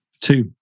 Two